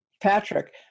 Patrick